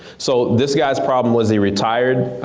so this guys problem was he retired,